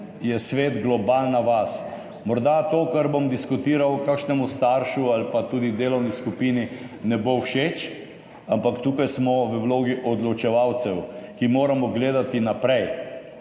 je svet globalna vas. Morda to, kar bom diskutiral, kakšnemu staršu ali pa tudi delovni skupini ne bo všeč, ampak tukaj smo v vlogi odločevalcev, ki moramo gledati naprej,